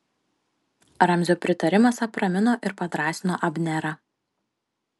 ramzio pritarimas apramino ir padrąsino abnerą